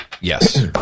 Yes